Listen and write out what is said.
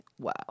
Wow